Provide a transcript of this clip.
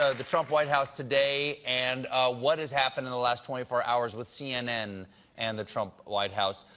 ah the trump white house today and what has happened in the last twenty four hours with cnn and the trump white house.